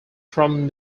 from